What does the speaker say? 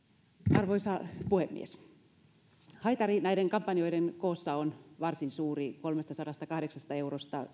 arvoisa puhemies haitari näiden kampanjoiden koossa on varsin suuri kolmestasadastakahdeksasta eurosta